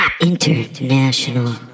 International